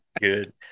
Good